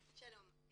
שלום.